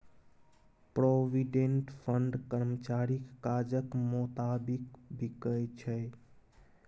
provident fund कर्मचारीक काजक मोताबिक बिकै छै